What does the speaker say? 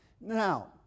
Now